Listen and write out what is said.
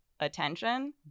Attention